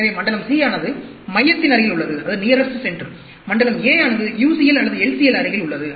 எனவே மண்டலம் c ஆனது மையத்தின் அருகில் உள்ளது மண்டலம் a ஆனது UCL அல்லது LCL அருகில் உள்ளது